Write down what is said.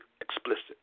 explicit